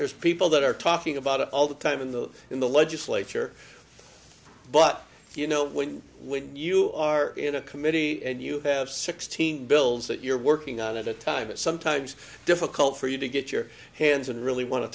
there's people that are talking about it all the time in the in the legislature but you know when when you are in a committee and you have sixteen bills that you're working on at a time it's sometimes difficult for you to get your hands on really want to